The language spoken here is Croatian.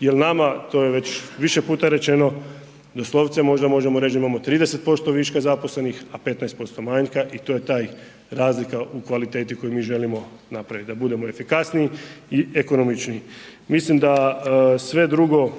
nama to je već više puta rečeno, doslovce možda možemo reći da imamo 30% viška zaposlenih a 15% manjka i to je ta razlika u kvaliteti u kojoj mi želimo napraviti da budemo efikasniji i ekonomičniji. Mislim da sve drugo,